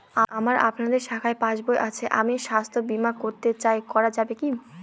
আমার আপনাদের শাখায় পাসবই আছে আমি স্বাস্থ্য বিমা করতে চাই করা যাবে কি?